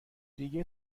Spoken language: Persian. دیگه